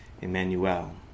Emmanuel